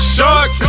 Shark